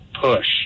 push